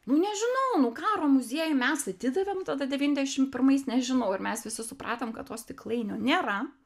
nu nežinau nu karo muziejui mes atidavėm tada devyniasdešim pirmais nežinau ar mes visi supratom kad to stiklainio nėra